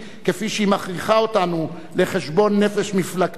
כפי שהיא מכריחה אותנו לחשבון-נפש מפלגתי,